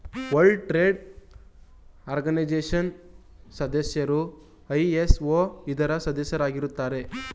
world trade organisation ಸದಸ್ಯರು ISO ಇದರ ಸದಸ್ಯರಾಗಿರುತ್ತಾರೆ